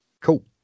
Cool